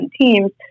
teams